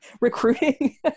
recruiting